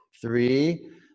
Three